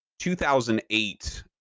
2008